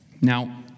Now